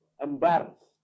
embarrassed